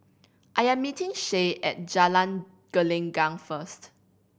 I am meeting Shay at Jalan Gelenggang first